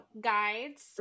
guides